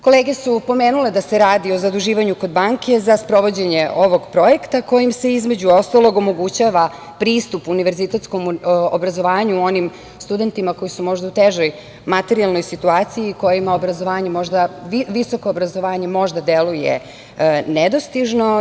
Kolege su pomenule da se radi o zaduživanje kod banke za sprovođenje ovog projekta koji se, između ostalog, omogućava pristup univerzitetskom obrazovanju onim studentima koji su možda u težoj materijalnoj situaciji i kojima visoko obrazovanje možda deluje nedostižno.